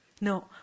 No